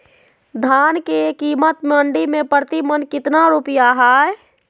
धान के कीमत मंडी में प्रति मन कितना रुपया हाय?